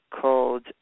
called